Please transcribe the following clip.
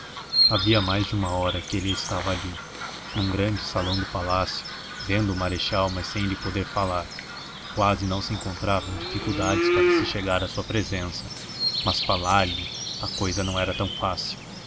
havia mais de uma hora que ele estava ali num grande salão do palácio vendo o marechal mas sem lhe poder falar quase não se encontravam dificuldades para se chegar à sua presença mas falar-lhe a cousa não era tão fácil